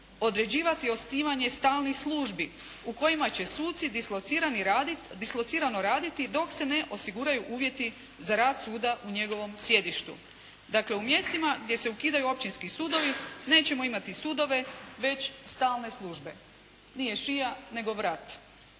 određivati osnivanje stalnih službi u kojima će suci dislocirano raditi dok se ne osiguraju uvjeti za rad suda u njegovom sjedištu. Dakle, u mjestima gdje se ukidaju općinski sudovi nećemo imati sudove već stalne službe. Nije šija, nego vrat!